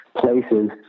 places